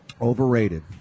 Overrated